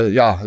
ja